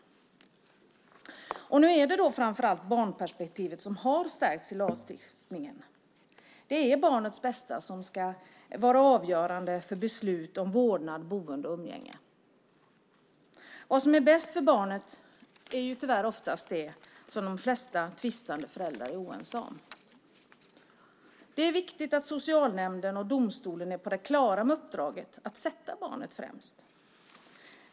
Nu är det framför allt barnperspektivet som har stärkts i lagstiftningen. Det är barnets bästa som ska vara avgörande för beslut om vårdnad, boende och umgänge. Vad som är bäst för barnet är tyvärr oftast det som tvistande föräldrar är oense om. Det är viktigt att socialnämnden och domstolen är på det klara med uppdraget att sätta barnet främst.